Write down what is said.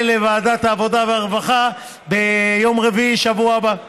לוועדת העבודה והרווחה ביום רביעי בשבוע הבא,